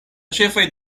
ĉefaj